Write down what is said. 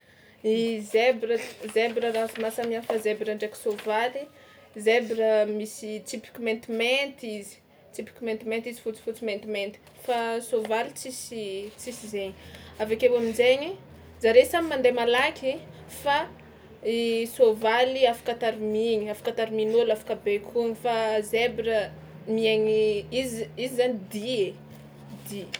I zebra zebra raha mahasamy hafa zebra ndraiky soavaly, zebra misy tsipiky maintimainty izy tsipiky maintimainty izy fotsifotsy maintimainty fa soavaly tsisy tsisy zaigny, avy avy ake o amin-jaigny zareo samy mandeha malaky fa i soavaly afaka tarimigny afaka tarimin'ôlo afaka baikoina fa zebra miaigny izy izy zany dia e, dia.